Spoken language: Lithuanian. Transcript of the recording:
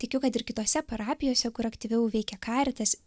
tikiu kad ir kitose parapijose kur aktyviau veikia karitas